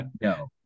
No